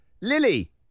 Lily